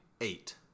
eight